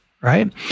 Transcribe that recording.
right